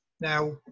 Now